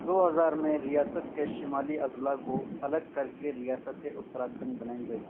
دو ہزار میں ریاست کے شمالی اضلاع کو الگ کر کے ریاست اتراکھنڈ بنائی گئی